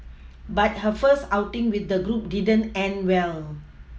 but her first outing with the group didn't end well